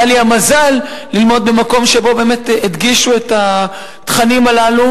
היה לי המזל ללמוד במקום שבו באמת הדגישו את התכנים הללו,